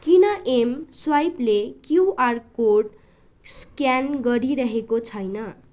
किन एमस्वाइपले QR code scan गरिरहेको छैन